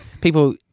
People